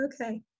okay